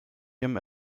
ihrem